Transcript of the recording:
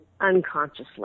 unconsciously